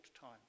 time